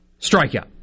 strikeout